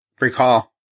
recall